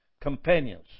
companions